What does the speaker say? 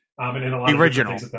Original